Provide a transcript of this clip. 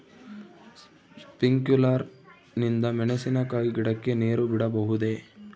Sprinkler ನಿಂದ ಮೆಣಸಿನಕಾಯಿ ಗಿಡಕ್ಕೆ ನೇರು ಬಿಡಬಹುದೆ?